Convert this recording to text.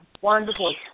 wonderful